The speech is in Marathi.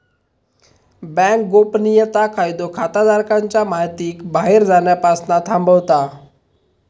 बॅन्क गोपनीयता कायदो खाताधारकांच्या महितीक बाहेर जाण्यापासना थांबवता